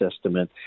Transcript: estimate